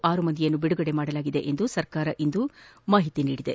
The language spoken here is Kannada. ಆರು ಮಂದಿಯನ್ನು ಬಿಡುಗಡೆ ಮಾಡಲಾಗಿದೆ ಎಂದು ಸರ್ಕಾರ ಇಂದು ಮಾಹಿತಿ ನೀಡಿದೆ